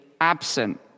absent